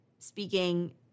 speaking